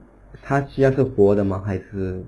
那个东西要活的吗还是